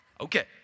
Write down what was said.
Okay